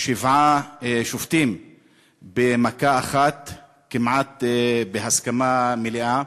שבעה שופטים במכה אחת כמעט בהסכמה מלאה.